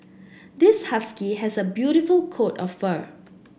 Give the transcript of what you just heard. this husky has a beautiful coat of fur